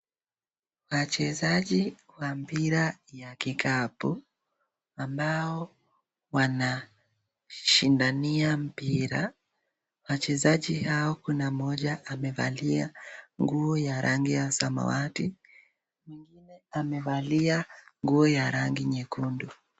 Wachezaji wa mpira ya kikapu, ambao wanashindania mpira, wachezaji hao kuna mmoja amevalia nguo ya rangi ya samawati na mwingine amevalia nguo ya rangi nyekundu.